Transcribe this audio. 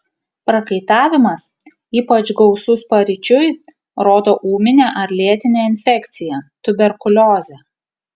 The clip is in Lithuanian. prakaitavimas ypač gausus paryčiui rodo ūminę ar lėtinę infekciją tuberkuliozę